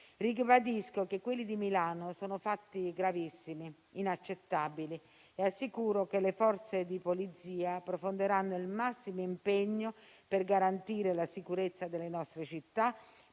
Ribadisco che quelli di Milano sono fatti gravissimi ed inaccettabili e assicuro che le Forze di polizia profonderanno il massimo impegno per garantire la sicurezza delle nostre città